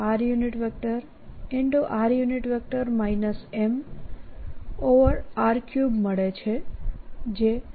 r r mr3 મળે છે